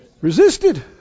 Resisted